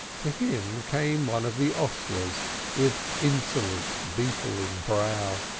to him came one of the hostlers with insolent beetling brow.